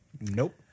Nope